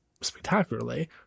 spectacularly